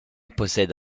possède